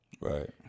Right